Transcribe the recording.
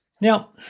Now